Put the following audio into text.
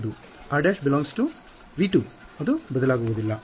ಹೌದು r′∈ V2 ಅದು ಬದಲಾಗುವುದಿಲ್ಲ